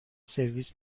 سرویس